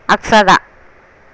Akshata